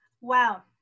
Wow